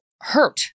hurt